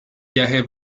viaje